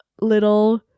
little